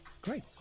Great